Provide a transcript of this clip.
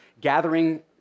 gathering